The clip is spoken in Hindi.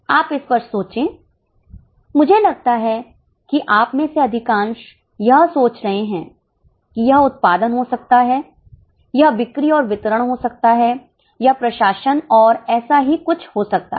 आप इस पर सोचे मुझे लगता है कि आप में से अधिकांश यह सोच रहे हैं कि यह उत्पादन हो सकता है यह बिक्री और वितरण हो सकता है यह प्रशासन और ऐसा ही कुछ हो सकता है